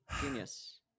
genius